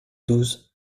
douze